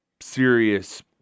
serious